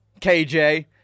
KJ